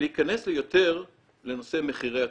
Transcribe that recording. להיכנס יותר לנושא מחירי התרופות.